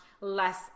less